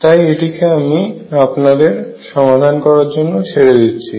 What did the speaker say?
তাই এটিকে আমি আপনাদেরকে সমাধান করার জন্য ছেড়ে দিচ্ছি